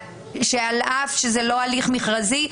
שעל אף שזה לא הליך מכרזי,